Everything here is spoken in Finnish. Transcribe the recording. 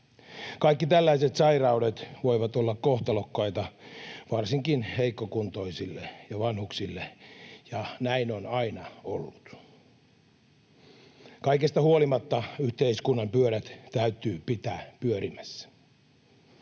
Kaikki tällaiset sairaudet voivat olla kohtalokkaita varsinkin heikkokuntoisille ja vanhuksille, ja näin on aina ollut. Kaikesta huolimatta yhteiskunnan pyörät täytyy pitää pyörimässä.